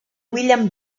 william